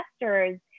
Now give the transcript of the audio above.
investors